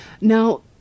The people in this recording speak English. Now